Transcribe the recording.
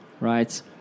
right